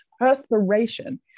perspiration